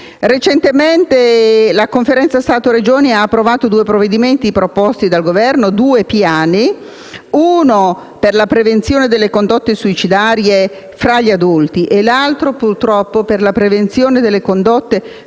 Recentemente la Conferenza Stato-Regioni ha approvato due provvedimenti proposti dal Governo: un piano per la prevenzione delle condotte suicidarie fra gli adulti e un altro piano per la prevenzione delle condotte suicidarie